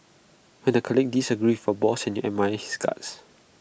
when the colleague disagrees for boss and you admire his guts